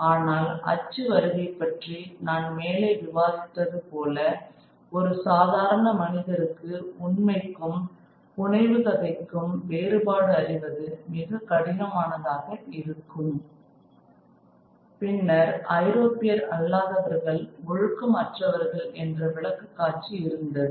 ஆனால் அச்சு வருகை பற்றி நான் மேலே விவாதித்தது போல ஒரு சாதாரண மனிதருக்கு உண்மைக்கும் புனைவு கதைக்கும் வேறுபாடு அறிவது மிகவும் கடினமானதாக இருக்கும் பின்னர் ஐரோப்பியர் அல்லாதவர்கள் ஒழுக்கம் அற்றவர்கள் என்ற விளக்கக்காட்சி இருந்தது